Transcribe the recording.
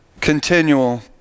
continual